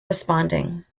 responding